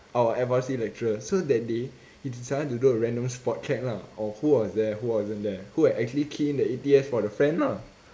our F_R_C lecturer so that day he decided to do a random spot check lah of who was there who wasn't there who actually key in the A_T_S for the friend lah